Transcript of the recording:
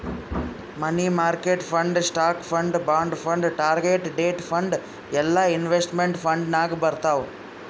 money market fund, stock fund, bond fund, target date fund ಎಲ್ಲಾ investment fund ನಾಗ್ ಬರ್ತಾವ್